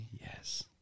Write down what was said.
Yes